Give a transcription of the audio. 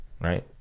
right